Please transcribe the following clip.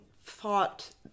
thought